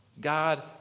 God